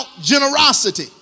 generosity